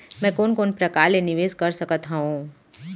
मैं कोन कोन प्रकार ले निवेश कर सकत हओं?